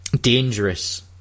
dangerous